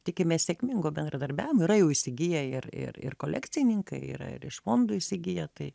tikimės sėkmingo bendradarbiavimo yra jau įsigiję ir ir ir kolekcininkai yra ir iš fondų įsigiję tai